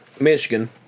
Michigan